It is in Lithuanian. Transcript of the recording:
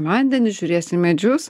vandenį žiūrės į medžius